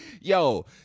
Yo